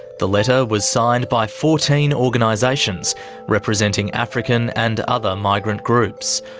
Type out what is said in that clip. the letter was signed by fourteen organisations representing african and other migrant groups.